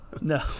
no